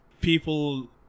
people